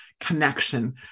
connection